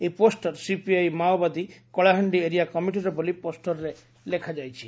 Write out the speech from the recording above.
ଏହି poster CPI ମାଓବାଦୀ Kalahandi area କମିଟିର ବୋଲି ପୋଷ୍ଟରରେ ଲେଖାଯାଇଛି